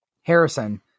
Harrison